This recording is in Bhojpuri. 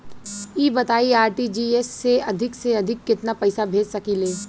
ई बताईं आर.टी.जी.एस से अधिक से अधिक केतना पइसा भेज सकिले?